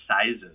sizes